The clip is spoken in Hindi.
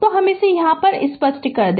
तो हम इसे स्पष्ट कर दे